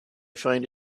find